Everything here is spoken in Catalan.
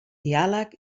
diàleg